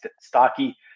stocky